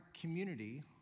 community